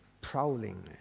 prowling